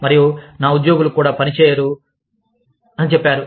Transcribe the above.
మరియు నా ఉద్యోగులు కూడా పనిచేయరు అని చెప్పారు